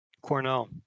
Cornell